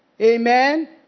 Amen